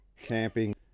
camping